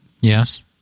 Yes